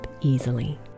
easily